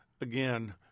again